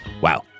Wow